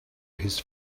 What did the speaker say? his